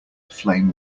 flame